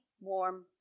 warm